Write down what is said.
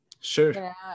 Sure